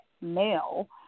male